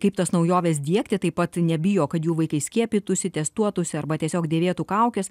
kaip tas naujoves diegti taip pat nebijo kad jų vaikai skiepytųsi testuotųsi arba tiesiog dėvėtų kaukes